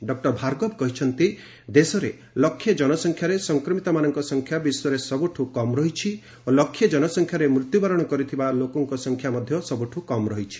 doctor Bhargava କହିଛନ୍ତି ଭାରତରେ ଲକ୍ଷେ ଜନସଂଖ୍ୟାରେ ସଂକ୍ରମିତମାନଙ୍କ ସଂଖ୍ୟା ବିଶ୍ୱରେ ସବୁଠୁ କମ୍ ରହିଛି ଓ ଲକ୍ଷେ ଜନସଂଖ୍ୟାରେ ମୃତ୍ୟୁବରଣ କରିଥିବା ଲୋକଙ୍କ ସଂଖ୍ୟା ମଧ୍ୟ ସବୁଠୁ କମ୍ ରହିଛି